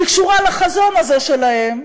היא קשורה לחזון הזה שלהם,